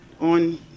on